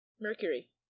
Mercury